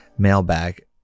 Mailbag